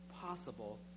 possible